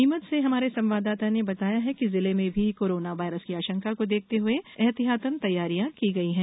नीमच से हमारे संवाददाता ने बताया है कि जिले में भी कोरोना वायरस की आशंका को देखते हुए एहतियातन तैयारियां की गई हैं